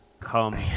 come